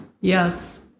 Yes